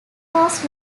was